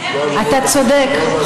אתה צודק,